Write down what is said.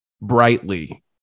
brightly